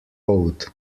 owed